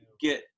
get